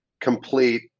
complete